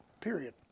period